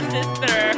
Sister